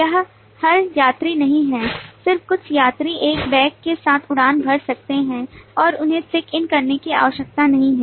यह हर यात्री नहीं है सिर्फ कुछ यात्री एक बैग के साथ उड़ान भर सकते हैं और उन्हें चेक इन करने की आवश्यकता नहीं है